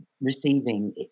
receiving